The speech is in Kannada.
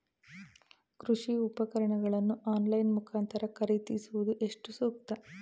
ಕೃಷಿ ಉಪಕರಣಗಳನ್ನು ಆನ್ಲೈನ್ ಮುಖಾಂತರ ಖರೀದಿಸುವುದು ಎಷ್ಟು ಸೂಕ್ತ?